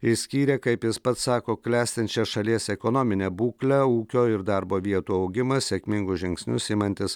išskyrė kaip jis pats sako klestinčią šalies ekonominę būklę ūkio ir darbo vietų augimą sėkmingus žingsnius imantis